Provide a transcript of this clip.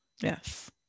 Yes